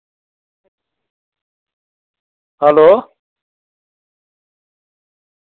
hello